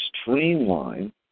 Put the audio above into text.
streamline